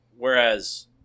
Whereas